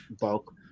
bulk